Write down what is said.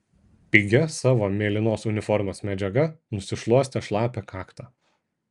pigia savo mėlynos uniformos medžiaga nusišluostė šlapią kaktą